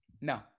No